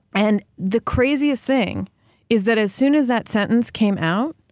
and the craziest thing is that as soon as that sentence came out,